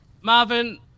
Marvin